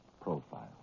profile